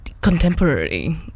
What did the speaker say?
contemporary